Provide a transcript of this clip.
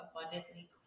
abundantly